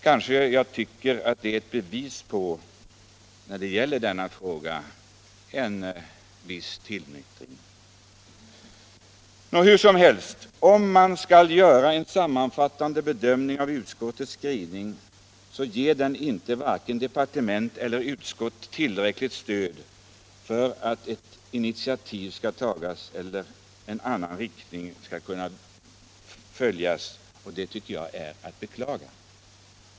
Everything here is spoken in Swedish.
I så fall tycker jag det är ett bevis på en viss tillnyktring i denna fråga. Nå, hur som helst. Om man skall göra en sammanfattande bedömning av utskottets skrivning, så ger den inte vare sig departementet eller utskottet tillräckligt stöd för att ett initiativ skall tas i en eller annan riktning, och det tycker jag är att beklaga.